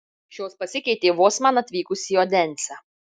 šios pasikeitė vos man atvykus į odensę